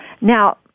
Now